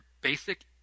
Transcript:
basic